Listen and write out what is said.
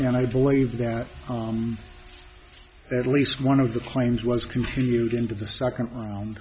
and i believe that at least one of the claims was continued into the second round